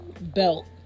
belt